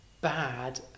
bad